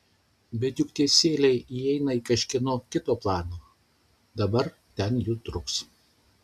bet juk tie sieliai įeina į kažkieno kito planą dabar ten jų truks